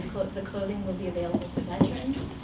the clothing will be available to to veterans,